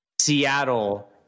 Seattle